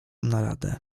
naradę